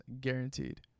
guaranteed